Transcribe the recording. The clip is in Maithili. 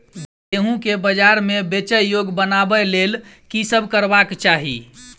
गेंहूँ केँ बजार मे बेचै योग्य बनाबय लेल की सब करबाक चाहि?